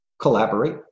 collaborate